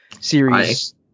Series